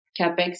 capex